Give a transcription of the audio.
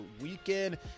weekend